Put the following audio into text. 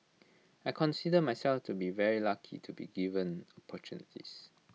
I consider myself to be very lucky to be given opportunities